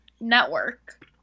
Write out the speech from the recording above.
network